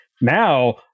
now